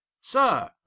Sir